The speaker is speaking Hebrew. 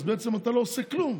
אז בעצם אתה לא עושה כלום,